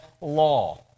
law